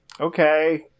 Okay